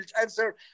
answer